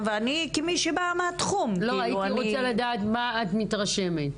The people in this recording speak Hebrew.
הייתי מבקשת לשמוע איך את מתרשמת?